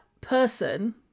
person